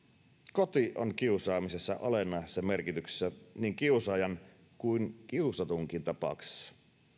koti on kiusaamisessa olennaisessa merkityksessä niin kiusaajan kuin kiusatunkin tapauksessa